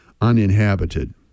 uninhabited